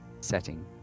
setting